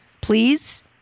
please